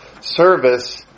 service